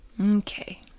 Okay